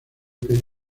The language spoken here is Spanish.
que